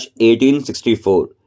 1864